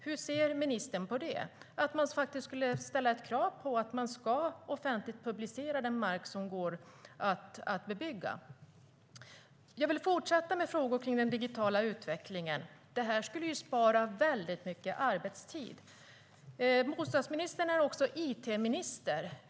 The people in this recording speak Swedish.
Hur ser ministern på att ställa som krav att mark som kan bebyggas ska publiceras offentligt? Jag vill fortsätta med frågor kring den digitala utvecklingen, där mycket arbetstid kan sparas. Bostadsministern är också it-minister.